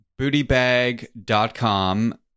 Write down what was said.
Bootybag.com